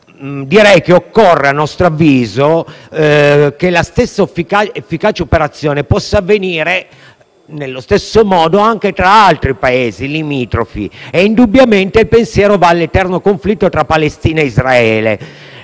direi che a nostro avviso occorre che la stessa efficace operazione possa avvenire nello stesso modo anche tra altri Paesi limitrofi, e indubbiamente il pensiero va all'eterno conflitto tra Palestina e Israele,